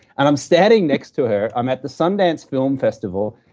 and i'm standing next to her i'm at the sundance film festival,